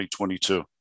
2022